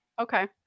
Okay